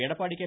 Edappadi K